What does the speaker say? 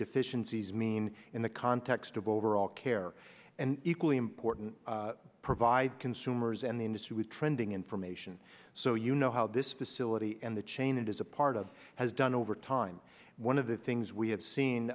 deficiencies mean in the context of overall care and equally important provide consumers and the industry with trending information so you know how this facility and the chain it is a part of has done over time one of the things we have